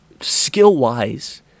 skill-wise